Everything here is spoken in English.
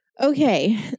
Okay